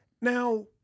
Now